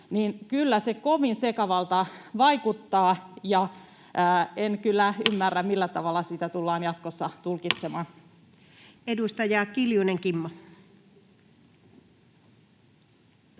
kyllä se kovin sekavalta vaikuttaa. En kyllä ymmärrä, millä tavalla sitä tullaan jatkossa tulkitsemaan. Edustaja Kiljunen, Kimmo.